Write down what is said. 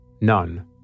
none